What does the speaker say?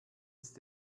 ist